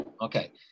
Okay